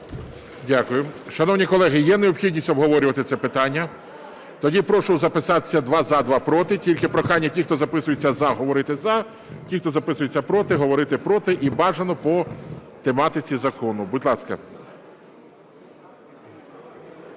Дякую. Шановні колеги, є необхідність обговорювати це питання? Тоді прошу записатися: два – за, два – проти. Тільки прохання: ті, хто записуються "за" - говорити "за", ті, хто записуються "проти" – говорити "проти", і бажано по тематиці закону. Будь ласка.